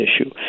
issue